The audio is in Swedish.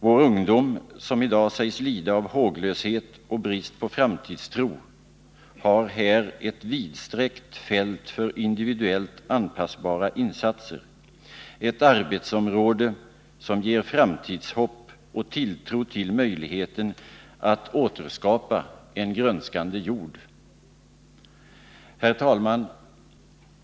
Vår ungdom, som i dag sägs lida av håglöshet och brist på framtidstro, har här ett vidsträckt fält för individuellt anpassbara insatser — ett arbetsområde som ger framtidshopp och tilltro till möjligheten att återskapa en grönskande jord. Herr talman!